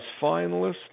finalist